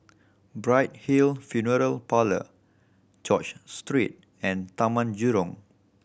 Bright Hill Funeral Parlour George Street and Taman Jurong